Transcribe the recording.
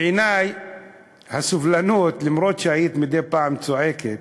בעיני, הסובלנות, למרות שמדי פעם צעקת,